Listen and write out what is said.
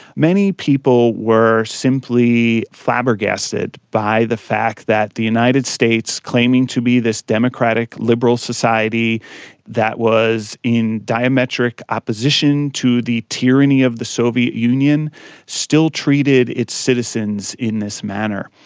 many people were simply flabbergasted by the fact that the united states, claiming to be this democratic, liberal society that was in diametric opposition to the tyranny of the soviet union still treated its citizens in this manner.